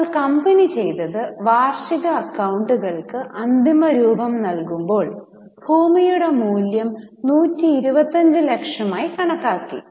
അപ്പോൾ കമ്പനി ചെയ്തത് വാർഷിക അക്കൌണ്ടുകൾക്ക് അന്തിമരൂപം നൽകുമ്പോൾ ഭൂമിയുടെ മൂല്യം 125 ലക്ഷമായി കണക്കാക്കി